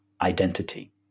identity